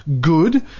good